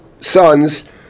sons